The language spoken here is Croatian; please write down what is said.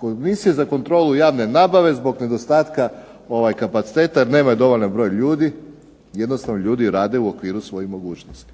Komisija za kontrolu javne nabave zbog nedostatka kapaciteta jer nemaju dovoljan broj ljudi jednostavno ljudi rade u okviru svojih mogućnosti.